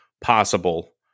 possible